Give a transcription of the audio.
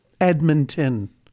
Edmonton